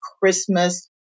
Christmas